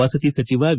ವಸತಿ ಸಚಿವ ವಿ